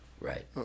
Right